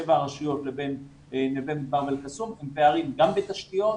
שבע הרשויות לבין נווה מדבר ואל קסום הם פערים גם בתשתיות,